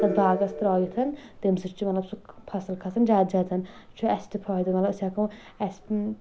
باغَس ترٲوِتھ تَمہِ سۭتۍ چھُ مطلب سُہ فصٕل کھسان زیادٕ زیادٕ چھُ اَسہِ تہِ فٲیِدٕ مطلب أسۍ ہٮ۪کو اَسہِ